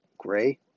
Gray